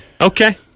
Okay